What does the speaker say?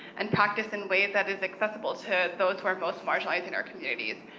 and practiced in ways that is accessible to those who are most marginalized in our communities,